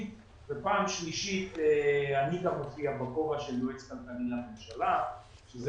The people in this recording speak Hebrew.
ופעם שלישית אני גם מופיע בכובע של יועץ כלכלי לממשלה שזה